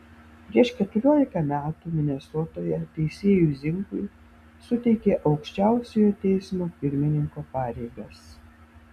prieš keturiolika metų minesotoje teisėjui zinkui suteikė aukščiausiojo teismo pirmininko pareigas